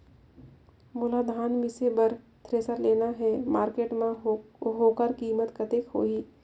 मोला धान मिसे बर थ्रेसर लेना हे मार्केट मां होकर कीमत कतेक होही?